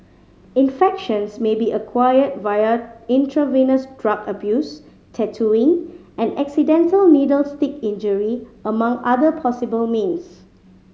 infections may be acquired via intravenous drug abuse tattooing and accidental needle stick injury among other possible means